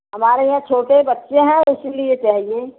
हमारे यहाँ छोटे बच्चें हैं इसीलिए चाहिए